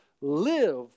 live